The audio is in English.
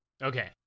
Okay